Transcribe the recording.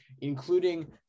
including